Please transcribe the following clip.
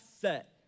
set